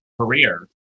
career